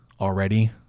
already